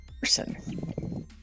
person